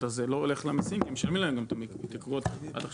אז זה לא הולך למסיעים כי משלמים להם את ההתייקרויות עד עכשיו.